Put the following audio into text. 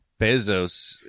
Bezos